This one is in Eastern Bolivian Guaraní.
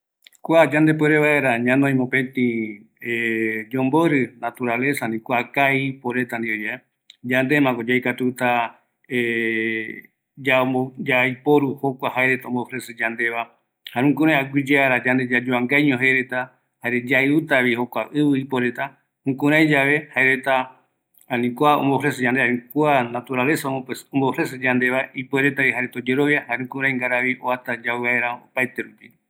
Yandepuere vaera ñanoi yomboete kua kaa ipo reta ndive, yandeko yaikatuta jaereta ömee yandeveva, aguiyeara yayuvanga, jare yaɨutavi kaa iporeta, jayave jaereta oyeroviata, jare ngra omboata yandeve opa aararupi